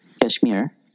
Kashmir